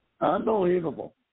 Unbelievable